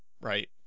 right